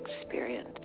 experience